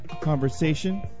conversation